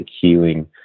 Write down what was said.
healing